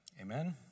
Amen